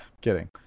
kidding